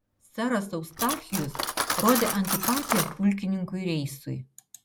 seras eustachijus rodė antipatiją pulkininkui reisui